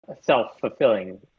self-fulfilling